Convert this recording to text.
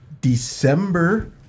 December